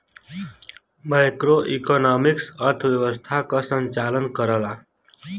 macroeconomics अर्थव्यवस्था क संचालन करला